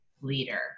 leader